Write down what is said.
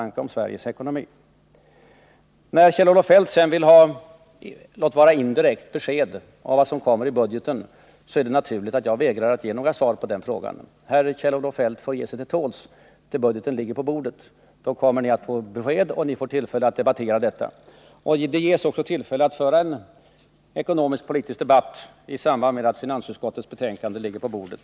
När Kjell-Olof Feldt vill ha — låt vara indirekt — besked om vad som kommer i budgeten är det naturligt att jag vägrar att ge några svar på den frågan. Kjell-Olof Feldt får ge sig till tåls tills budgeten ligger på bordet. Då kommer ni att få besked, och ni får tillfälle att debattera. Det ges också tillfälle att föra en ekonomisk-politisk debatt i samband med att finansutskottets betänkande ligger på bordet.